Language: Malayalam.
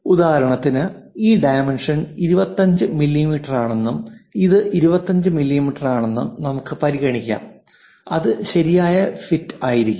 ഉദാഹരണത്തിന് ഈ ഡൈമെൻഷൻ 25 മില്ലീമീറ്ററാണെന്നും ഇത് 25 മില്ലീമീറ്ററാണെന്നും നമുക്ക് പരിഗണിക്കാം അത് ശരിയായ ഫിറ്റ് ആയിരിക്കും